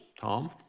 Tom